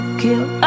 kill